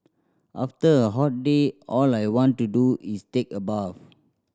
after a hot day all I want to do is take a bath